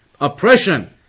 oppression